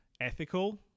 ethical